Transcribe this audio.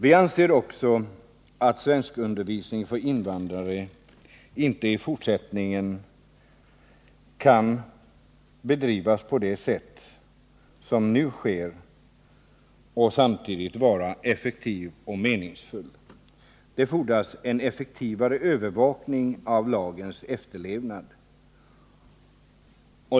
Vi anser också att svenskundervisningen för invandrare inte i fortsättningen kan bedrivas på det sätt som nu sker och samtidigt vara effektiv och meningsfull. Det fordras en effektivare övervakning av lagens efterlevnad.